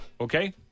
Okay